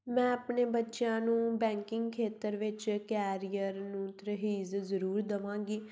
ਮੈਂ ਆਪਣੇ ਬੱਚਿਆਂ ਨੂੰ ਬੈਂਕਿੰਗ ਖੇਤਰ ਵਿੱਚ ਕੈਰੀਅਰ ਨੂੰ ਤਰਜੀਹ ਜ਼ਰੂਰ ਦੇਵਾਂਗੀ